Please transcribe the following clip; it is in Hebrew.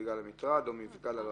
בגלל המטרד או בגלל המפגע לרבים.